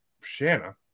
Shanna